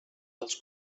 dels